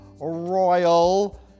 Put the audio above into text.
royal